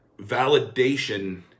validation